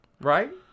Right